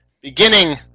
beginning